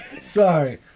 Sorry